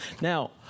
Now